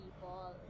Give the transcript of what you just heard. people